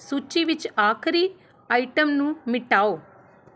ਸੂਚੀ ਵਿੱਚ ਆਖਰੀ ਆਈਟਮ ਨੂੰ ਮਿਟਾਓ